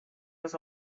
was